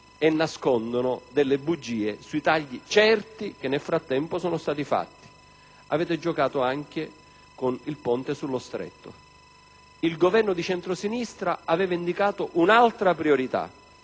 e nascondono bugie sui tagli certi che nel frattempo sono stati fatti. Avete giocato anche con il ponte sullo Stretto. Il Governo di centrosinistra aveva indicato un'altra priorità